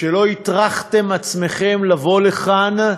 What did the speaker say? שלא הטרחתם עצמכם לבוא לכאן,